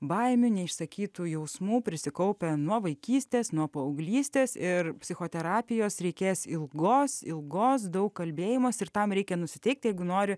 baimių neišsakytų jausmų prisikaupia nuo vaikystės nuo paauglystės ir psichoterapijos reikės ilgos ilgos daug kalbėjimas ir tam reikia nusiteikti jeigu nori